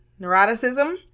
neuroticism